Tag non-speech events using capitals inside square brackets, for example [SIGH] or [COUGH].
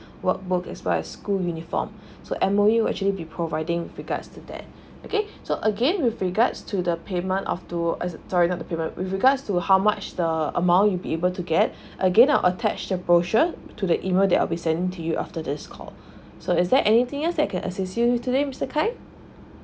work book as well as school uniform [BREATH] so M_O_E will actually be providing regards to that okay so again with regards to the payment of to a toilet period with regards to how much the amount you be able to get [BREATH] again I'll attached that brochure to the email that I'll be sent to you after this call [BREATH] so is there anything else I can assist you today mister khal